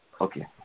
Okay